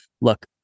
Look